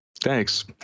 Thanks